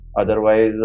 Otherwise